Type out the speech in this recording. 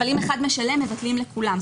אבל אם אחד משלם מבטלים לכולם.